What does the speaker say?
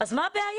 אז מה הבעיה?